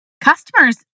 customers